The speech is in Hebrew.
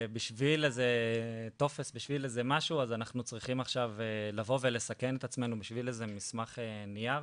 בשביל איזה טופס אנחנו צריכים לבוא ולסכן את עצמנו בשביל מסמך נייר?